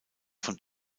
von